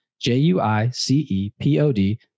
J-U-I-C-E-P-O-D